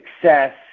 success